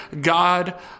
God